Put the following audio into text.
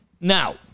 Now